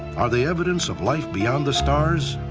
are they evidence of life beyond the stars,